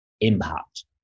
impact